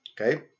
Okay